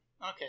Okay